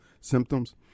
symptoms